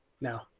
No